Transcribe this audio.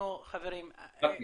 תת ניצב.